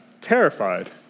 terrified